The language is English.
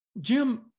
Jim